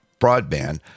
broadband